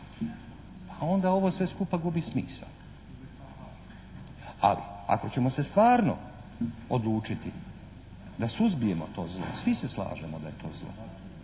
a onda ovo sve skupa gubi smisao. Ali ako ćemo se stvarno odlučiti da suzbijemo to zlog, svi se slažemo da je to zlo,